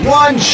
one